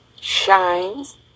shines